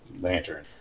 Lantern